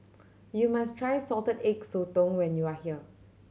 you must try Salted Egg Sotong when you are here